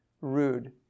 rude